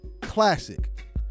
Classic